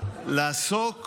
לעסוק